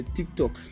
Tiktok